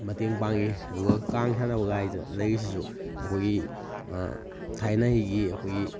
ꯃꯇꯦꯡ ꯄꯥꯡꯉꯤ ꯑꯗꯨꯒ ꯀꯥꯡ ꯁꯥꯟꯅꯕ ꯍꯥꯏꯅ ꯂꯩꯔꯤꯁꯤꯁꯨ ꯑꯩꯈꯣꯏꯒꯤ ꯊꯥꯏꯅꯒꯤ ꯑꯩꯈꯣꯏꯒꯤ